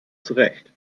zurecht